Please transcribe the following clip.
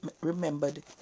remembered